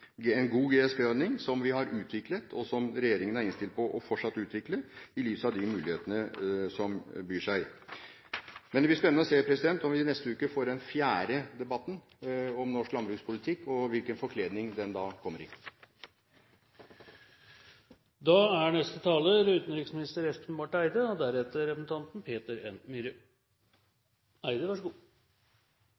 har en god GSP-ordning, som vi har utviklet, og som regjeringen er innstilt på fortsatt å utvikle, i lys av de mulighetene som byr seg. Men det blir spennende å se om vi i neste uke får den fjerde debatten om norsk landbrukspolitikk og hvilken forkledning den da kommer i. Jeg konstaterer – i likhet med representanten